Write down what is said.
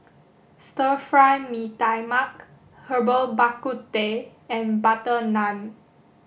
stir Fry Mee Tai Mak Herbal Bak Ku Teh and butter naan